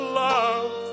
love